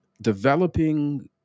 developing